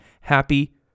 happy